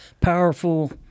powerful